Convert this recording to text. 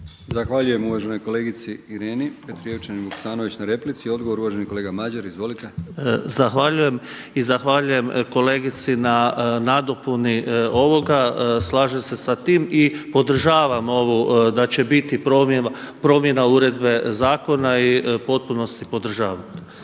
Zahvaljujem uvaženoj kolegici Ireni Petrijevčanin Vuksanović na replici. I odgovor uvaženi kolega Madjer, izvolite. **Madjer, Mladen (HSS)** Zahvaljujem i zahvaljujem kolegici na nadopuni ovoga, slažem se sa time i podržavam ovo da će biti promjena uredbe zakona i u potpunosti podržavam.